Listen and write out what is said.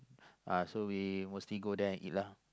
uh so we mostly go there and eat lah